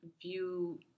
view